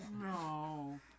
No